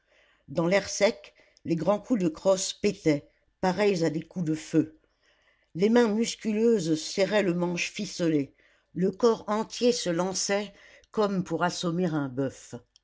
dans l'air sec les grands coups de crosse pétaient pareils à des coups de feu les mains musculeuses serraient le manche ficelé le corps entier se lançait comme pour assommer un boeuf